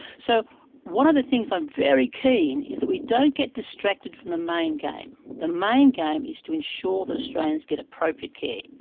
so one of the things i'm very keen on is that we don't get distracted from the main game. the main game is to ensure that australians get appropriate care.